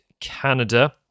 Canada